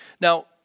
Now